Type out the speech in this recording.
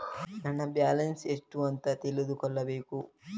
ನನ್ನ ಬ್ಯಾಲೆನ್ಸ್ ಎಷ್ಟು ಅಂತ ತಿಳಿದುಕೊಳ್ಳಬೇಕು?